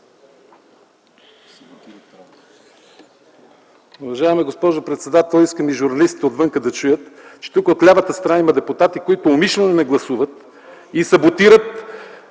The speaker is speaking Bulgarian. Уважаема госпожо председател, искам и журналистите отвън да чуят, че тук от лявата страна има депутати, които умишлено не гласуват и саботират